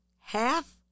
half